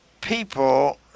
people